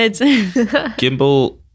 Gimbal